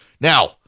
Now